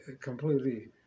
completely